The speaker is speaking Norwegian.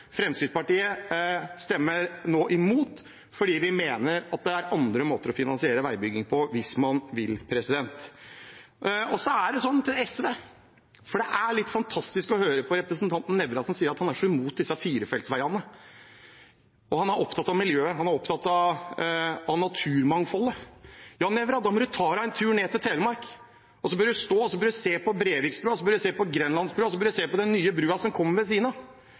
Fremskrittspartiet stemmer nå imot, fordi vi mener at det er andre måter å finansiere veibygging på, hvis man vil. Så til SV: Det er litt fantastisk å høre på representanten Nævra, som sier at han er så imot firefeltsveiene. Han er opptatt av miljøet og naturmangfoldet. Da må Nævra ta seg en tur ned til Telemark. Han bør stå og se på Breviksbrua, Grenlandsbrua og den nye brua som kommer ved siden av. Da man bygde den veien på